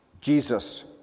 Jesus